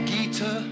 Gita